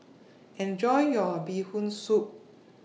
Enjoy your Bee Hoon Soup